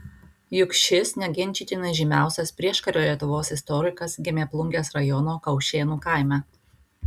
juk šis neginčytinai žymiausias prieškario lietuvos istorikas gimė plungės rajono kaušėnų kaime